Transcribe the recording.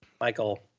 michael